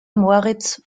moritz